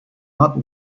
not